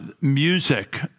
music